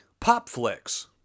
PopFlix